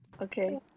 Okay